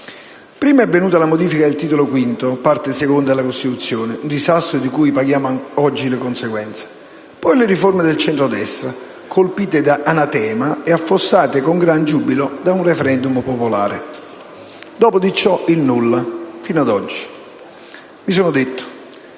Prima è venuta la modifica del Titolo V, Parte II, della Costituzione: un disastro di cui paghiamo oggi le conseguenze; poi le riforme del centrodestra, colpite da anatema e affossate con grande giubilo da un *referendum* popolare. Dopo dì ciò il nulla, fino ad oggi. Mi sono detto: